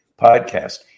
podcast